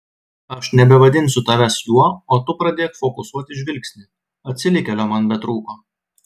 aš nebevadinsiu tavęs juo o tu pradėk fokusuoti žvilgsnį atsilikėlio man betrūko